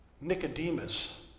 Nicodemus